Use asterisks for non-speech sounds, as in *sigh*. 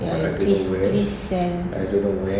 ya please please and *breath*